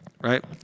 right